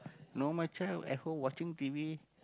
normal child at home watching t_v